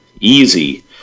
easy